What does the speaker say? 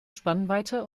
spannweite